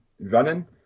running